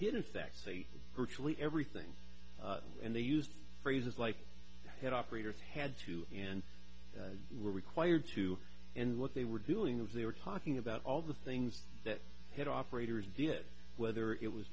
didn't sexy virtually everything and they used phrases like had operators had to and were required to and what they were doing was they were talking about all the things that had operators did whether it was